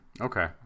okay